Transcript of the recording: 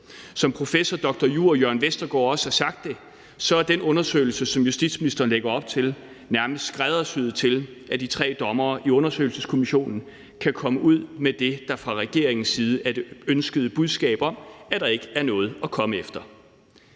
Som professor dr.jur. Jørn Vestergaard også har sagt det, er den undersøgelse, som justitsministeren lægger op til, nærmest skræddersyet til, at de tre dommere i undersøgelseskommissionen kan komme ud med det, der fra regeringens side er det ønskede budskab om, at der ikke er noget at komme efter.